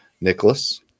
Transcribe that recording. Nicholas